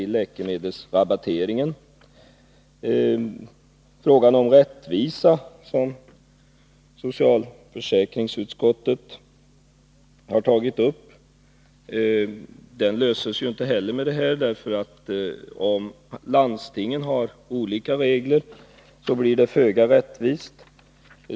Rättvisefrågan, som socialförsäkringsutskottet har tagit upp, löses inte heller, för om landstingen tillämpar olika regler blir det ju föga rättvist.